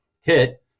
hit